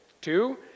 two